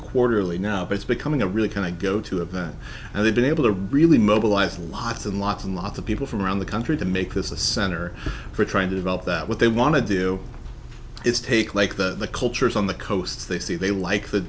quarterly now but it's becoming a really kind of go to of that and they've been able to really mobilize lots and lots and lots of people from around the country to make this a center for trying to develop that what they want to do is take like the cultures on the coasts they see they like the